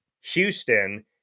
Houston